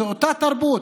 זו אותה תרבות,